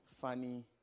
funny